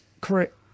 correct